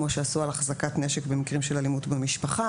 כמו שעשו על החזקת נשק במקרים של אלימות במשפחה.